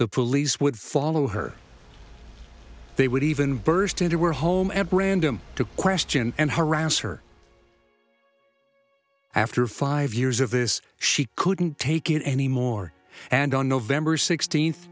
the police would follow her they would even burst into were home ec random to question and harass her after five years of this she couldn't take it anymore and on november sixteenth